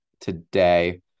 today